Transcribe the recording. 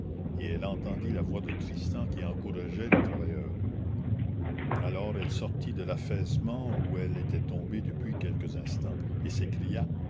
et elle entendit la voix de tristan qui encourageait les travailleurs alors elle sortit de l'affaissement où elle était tombée depuis quelques instants et s'écria